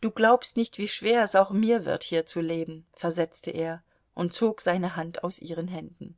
du glaubst nicht wie schwer es auch mir wird hier zu leben versetzte er und zog seine hand aus ihren händen